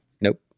Nope